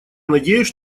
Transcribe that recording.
надеюсь